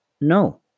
No